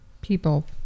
people